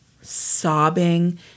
sobbing